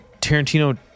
Tarantino